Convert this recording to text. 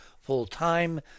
full-time